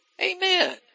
amen